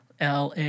LA